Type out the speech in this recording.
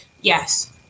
Yes